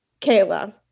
Kayla